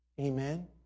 Amen